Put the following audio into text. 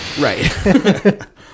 Right